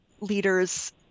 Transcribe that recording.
leaders